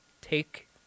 Take